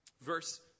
Verse